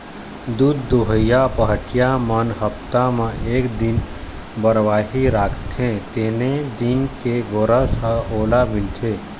दूद दुहइया पहाटिया मन हप्ता म एक दिन बरवाही राखते तेने दिन के गोरस ह ओला मिलथे